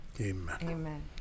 Amen